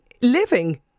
living